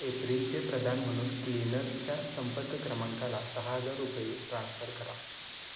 एप्रिलचे प्रदान म्हणून क्लिनरच्या संपर्क क्रमांकाला सहा हजार रुपये ट्रान्स्फर करा